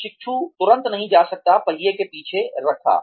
प्रशिक्षु तुरंत नहीं जा सकता पहिया के पीछे रखा